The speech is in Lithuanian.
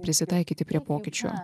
prisitaikyti prie pokyčių